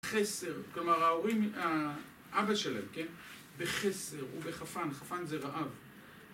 בחסר, כלומר ההורים, אבא שלהם, בחסר ובחפן, חפן זה רעב